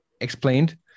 explained